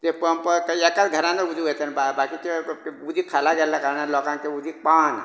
ते पंप आतां एकाच घरान बा बा बाकिचें उदीक खाला गेल्ले कारणान बाकिच्यांक तें उदीक पावना